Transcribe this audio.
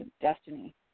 destiny